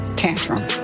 tantrum